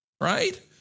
right